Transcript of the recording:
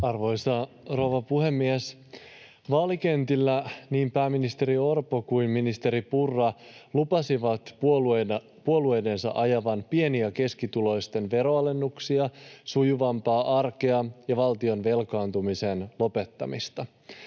Arvoisa rouva puhemies! Vaalikentillä niin pääministeri Orpo kuin ministeri Purra lupasivat puolueidensa ajavan pieni- ja keskituloisten veroalennuksia, sujuvampaa arkea ja valtion velkaantumisen lopettamista.